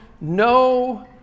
no